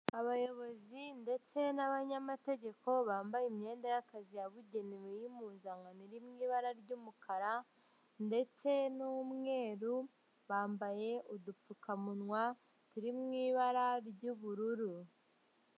Abayobozi ndetse n'abanyamategeko bambaye imyenda y'akazi yabugenewe y'impuzankanani iri mu ibara ry'umukara ndetse n'umweru bambaye udupfukamunwa turi mu ibara ry'ubururu.